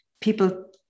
People